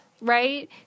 Right